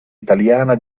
italiana